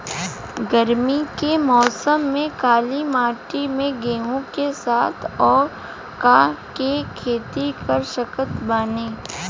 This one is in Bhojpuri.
गरमी के मौसम में काली माटी में गेहूँ के साथ और का के खेती कर सकत बानी?